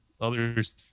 others